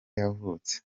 yavutse